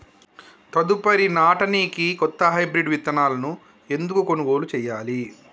తదుపరి నాడనికి కొత్త హైబ్రిడ్ విత్తనాలను ఎందుకు కొనుగోలు చెయ్యాలి?